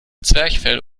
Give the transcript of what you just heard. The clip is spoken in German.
zwerchfell